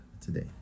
today